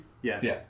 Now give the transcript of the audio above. Yes